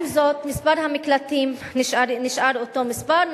עם זאת, מספר המקלטים נשאר אותו מספר.